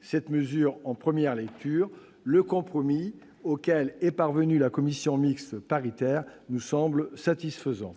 cette mesure en première lecture, le compromis auquel est parvenue la commission mixte paritaire nous semble satisfaisant.